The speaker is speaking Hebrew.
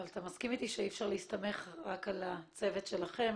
אבל אתה מסכים איתי שאי אפשר להסתמך רק על הצוות שלכם,